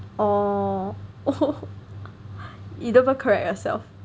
you don't even correct yourself